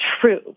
true